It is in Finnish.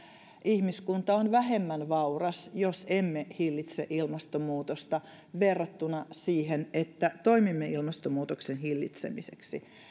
ihmiskunta on vähemmän vauras jos emme hillitse ilmastonmuutosta verrattuna siihen että toimimme ilmastonmuutoksen hillitsemiseksi